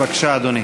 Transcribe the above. בבקשה, אדוני.